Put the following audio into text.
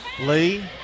Lee